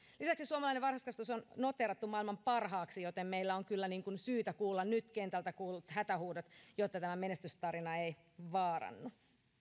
lisäksi suomalainen varhaiskasvatus on noteerattu maailman parhaaksi joten meidän on kyllä syytä kuulla nyt kentältä kuullut hätähuudot jotta tämä menestystarina ei vaarannu